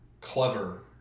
clever